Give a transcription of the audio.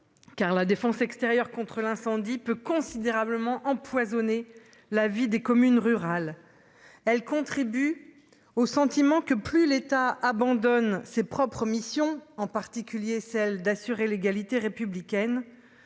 Car la défense extérieure contre l'incendie peut considérablement empoisonner la vie des communes rurales. Elle contribue. Au sentiment que plus l'État abandonne ses propres missions, en particulier celle d'assurer l'égalité républicaine,